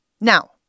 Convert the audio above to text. Now